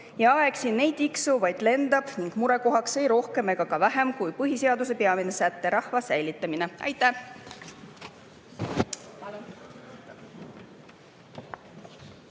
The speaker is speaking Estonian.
Aeg siin ei tiksu, vaid lendab, ning murekohaks on ei rohkem ega vähem kui põhiseaduse peamine säte: rahva säilitamine. Aitäh!